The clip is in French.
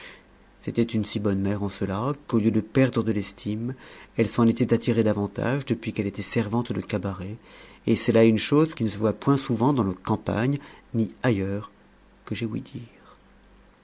c'était une si bonne mère en cela qu'au lieu de perdre de l'estime elle s'en était attirée davantage depuis qu'elle était servante de cabaret et c'est là une chose qui ne se voit point souvent dans nos campagnes ni ailleurs que j'aie ouï dire